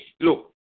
look